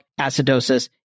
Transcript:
acidosis